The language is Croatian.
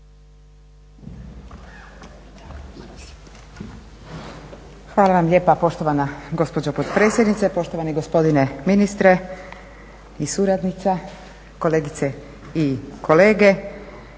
Hvala vam lijepa poštovana gospođo potpredsjednice, poštovani gospodine ministre i suradnica, kolegice i kolege.